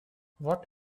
what